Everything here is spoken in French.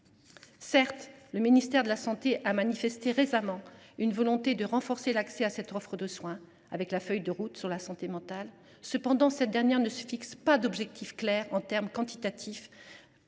Certes, le ministère de la santé a manifesté récemment sa volonté de renforcer l’accès à cette offre de soins, avec la feuille de route de la santé mentale. Cependant, ce programme ne se fixe pas d’objectifs clairs, du point